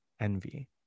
Envy